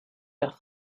air